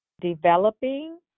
Developing